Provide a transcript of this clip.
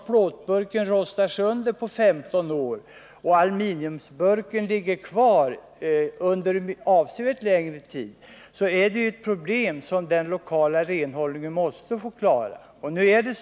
Plåtburken rostar sönder på 15 år, medan aluminiumburken ligger kvar under avsevärt längre tid — och det är ju den lokala renhållningen som måste lösa problemet.